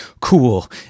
Cool